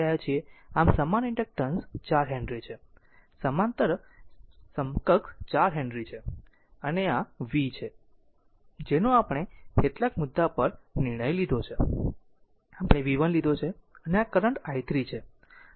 આમ સમાન inductance 4 henry છે સમાંતર સમકક્ષ 4 હેનરી છે અને આ V vt છે જેનો આપણે કેટલાક મુદ્દા પર નિર્ણય લીધો છે આપણે vt લીધો છે અને આ કરંટ i3 છે